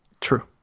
true